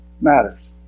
matters